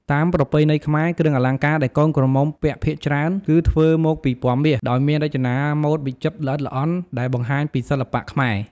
តាមប្រពៃណីខ្មែរ គ្រឿងអលង្ការដែលកូនក្រមុំពាក់ភាគច្រើនគឺធ្វើមកពី ពណ៌មាស ដោយមានរចនាម៉ូដវិចិត្រ ល្អិតល្អន់ ដែលបង្ហាញពីសិល្បៈខ្មែរ។